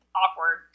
awkward